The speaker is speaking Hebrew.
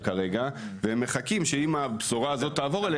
כרגע והם מחכים שאם הבשורה הזאת תעבור,